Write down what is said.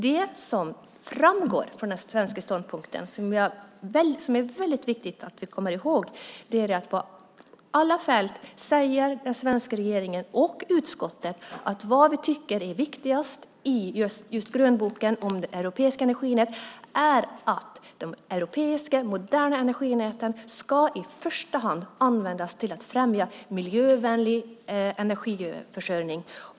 Det som framgår i den svenska ståndpunkten och som är väldigt viktigt att komma ihåg är att på alla fält säger den svenska regeringen och utskottet att vi tycker att det viktigaste är att de moderna europeiska energinäten i första hand ska användas till att främja miljövänlig energiförsörjning.